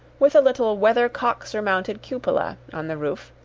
with a little weathercock-surmounted cupola, on the roof,